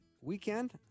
weekend